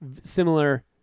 Similar